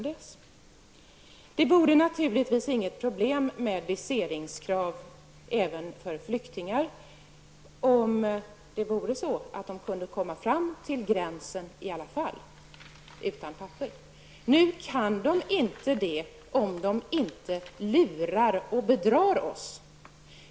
Det skulle naturligtvis inte vara något problem med viseringskrav även för flyktingar, om det var så att de utan handlingar ändå kunde komma fram till gränsen. Nu kan de inte göra det såvida de inte lurar och bedrar oss.